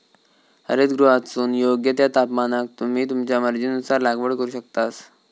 हरितगृहातसून योग्य त्या तापमानाक तुम्ही तुमच्या मर्जीनुसार लागवड करू शकतास